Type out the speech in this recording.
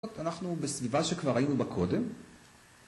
אנחנו בסביבה שכבר היינו בה קודם.